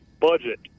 budget